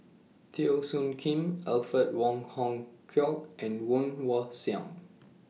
Teo Soon Kim Alfred Wong Hong Kwok and Woon Wah Siang